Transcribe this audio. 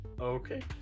Okay